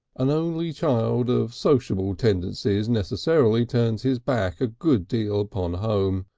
an only child of sociable tendencies necessarily turns his back a good deal upon home,